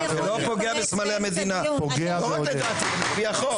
זה לפי החוק.